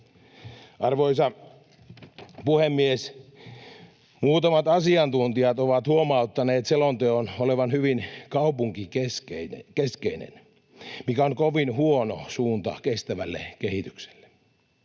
Arvoisa puhemies! Muutamat asiantuntijat ovat huomauttaneet selonteon olevan hyvin kaupunkikeskeinen, mikä on kovin huono suunta kestävälle kehitykselle.